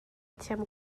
thiam